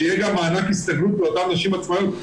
שיהיה גם מענק הסתגלות לאותן נשים עצמאיות.